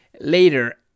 later